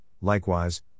likewise